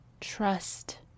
Trust